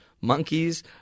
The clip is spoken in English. monkeys